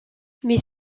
mais